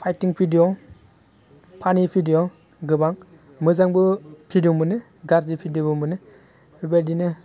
fighting video फानि video गोबां मोजांबो भिडिअ मोनो गाज्रि भिडिअबो मोनो बे बायदिनो